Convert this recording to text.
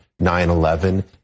9-11